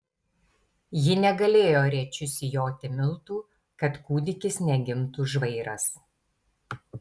ji negalėjo rėčiu sijoti miltų kad kūdikis negimtų žvairas